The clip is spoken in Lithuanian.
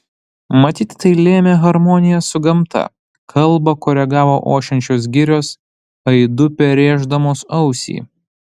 matyt tai lėmė harmonija su gamta kalbą koregavo ošiančios girios aidu perrėždamos ausį